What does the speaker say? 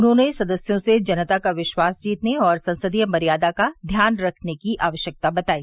उन्होंने सदस्यों से जनता का विश्वास जीतने और संसदीय मर्यादा का ध्यान रखने की आवश्यकता बताई